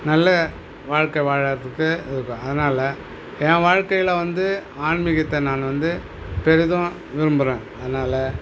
நல்ல வாழ்க்கை வாழறதுக்கு அதனால ஏன் வாழ்க்கையில் வந்து ஆன்மீகத்தை நான் வந்து பெரிதும் விரும்புகிறேன் அதனால